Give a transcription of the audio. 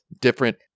different